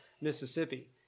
Mississippi